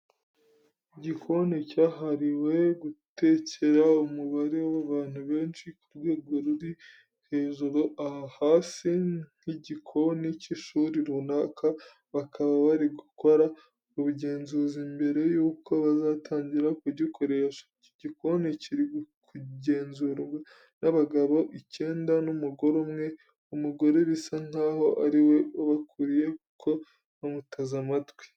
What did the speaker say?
Igikoni cyahariwe gutekera umubare w'abantu benshi ku rwego ruri hejuru. Aha hasa nk'igikoni cy'ishuri runaka, bakaba bari gukora ubugenzuzi mbere yuko bazatangira kugikoresha. Iki gikoni kiri kugenzurwa n'abagabo icyenda n'umugore umwe, umugore bisa nkaho ari we ubakuriye kuko bamuteze amatwi.